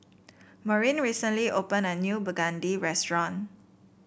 Maureen recently opened a new begedil restaurant